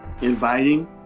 inviting